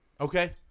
Okay